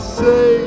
say